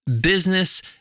business